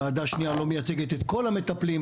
ועדה שנייה לא מייצגת את כל המטפלים.